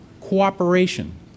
cooperation